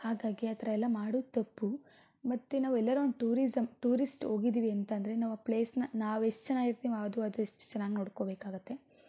ಹಾಗಾಗಿ ಆ ಥರ ಎಲ್ಲ ಮಾಡುದು ತಪ್ಪು ಮತ್ತೆ ನಾವು ಎಲ್ಲರೊಂದು ಟೂರಿಸಮ್ ಟೂರಿಸ್ಟ್ ಹೋಗಿದೀವಿ ಅಂತಂದರೆ ನಾವು ಆ ಪ್ಲೇಸನ್ನ ನಾವು ಎಷ್ಟು ಚೆನ್ನಾಗಿ ಇರ್ತೀವೋ ಅದು ಅದು ಅಷ್ಟು ಚೆನ್ನಾಗಿ ನೋಡ್ಕೋಬೇಕಾಗುತ್ತೆ